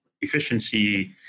efficiency